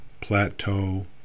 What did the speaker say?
plateau